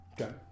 Okay